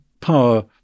power